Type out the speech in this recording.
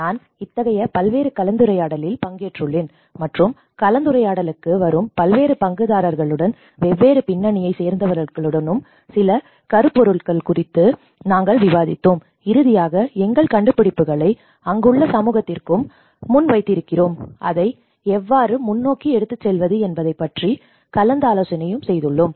நான் இத்தகைய பல்வேறு கலந்துரையாடலில் பங்கேற்றுள்ளேன் மற்றும் கலந்துரையாடலுக்கு வரும் பல்வேறு பங்குதாரர்களுடனும் வெவ்வேறு பின்னணியைச் சேர்ந்தவர்களுடனும் சில கருப்பொருள்கள் குறித்து நாங்கள் விவாதித்தோம் இறுதியாக எங்கள் கண்டுபிடிப்புகளை அங்குள்ள சமூகத்திற்கும் முன் வைத்திருக்கிறோம் அதை எவ்வாறு முன்னோக்கி எடுத்துச் செல்வது என்பதைப் பற்றி கலந்து ஆலோசனையும் செய்துள்ளோம்